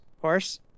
Horse